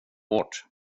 hårt